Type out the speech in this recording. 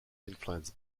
influenced